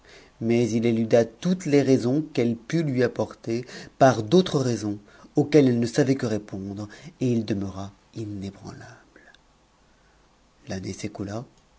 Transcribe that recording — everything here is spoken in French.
mais il éluda toutes les raisons qu'elle put lui apporter par d'autres raisons auxquelles elle ne savait que répondre et il demeura inébranlable l'année s'écoula